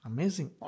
Amazing